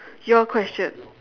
your question